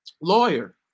lawyer